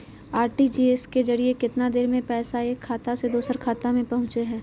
RTGS के जरिए कितना देर में पैसा एक खाता से दुसर खाता में पहुचो है?